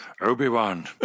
Obi-Wan